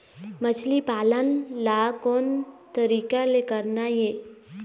मछली पालन ला कोन तरीका ले करना ये?